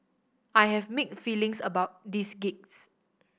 I have mixed feelings about this gigs